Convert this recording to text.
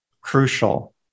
crucial